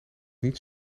niet